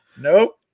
Nope